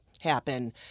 happen